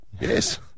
yes